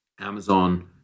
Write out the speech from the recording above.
Amazon